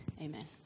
Amen